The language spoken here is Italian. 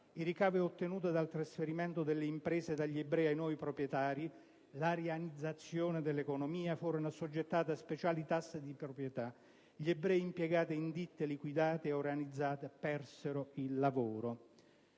Il ricavo ottenuto dal trasferimento delle imprese dagli ebrei ai nuovi proprietari e l'arianizzazione dell'economia furono assoggettate a speciali tasse di proprietà. Gli ebrei impiegati in ditte liquidate o arianizzate persero il lavoro.